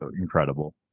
incredible